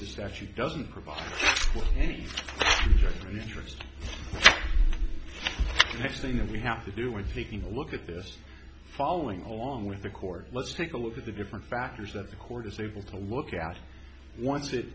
statute doesn't provide any interest next thing that we have to do with taking a look at this following along with the court let's take a look at the different factors that the court is able to look at once it